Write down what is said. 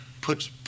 puts